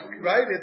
right